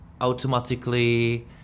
automatically